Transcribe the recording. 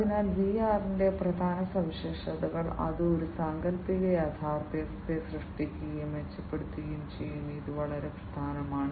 അതിനാൽ VR ന്റെ പ്രധാന സവിശേഷതകൾ അത് ഒരു സാങ്കൽപ്പിക യാഥാർത്ഥ്യത്തെ സൃഷ്ടിക്കുകയും മെച്ചപ്പെടുത്തുകയും ചെയ്യുന്നു ഇത് വളരെ പ്രധാനമാണ്